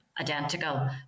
identical